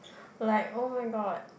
like oh-my-god